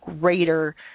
greater